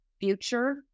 future